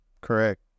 Correct